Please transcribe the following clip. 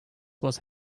was